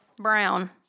Brown